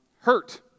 hurt